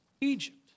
Egypt